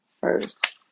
first